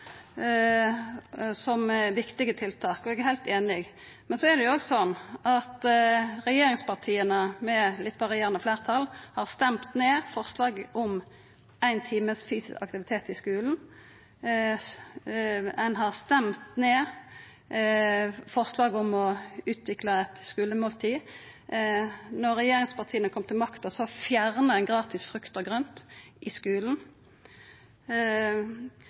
som viktige tiltak, og eg er heilt einig. Men så er det òg slik at regjeringspartia, med litt varierande fleirtal, har stemt ned forslag om éin time fysisk aktivitet i skulen. Ein har stemt ned forslaget om å utvikla eit skulemåltid. Då regjeringspartia kom til makta, fjerna ein gratis frukt og grønt i skulen.